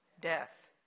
Death